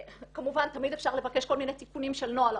כמובן תמיד אפשר לבקש כל מיני תיקונים של נוהל,